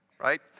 right